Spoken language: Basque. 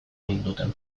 ninduten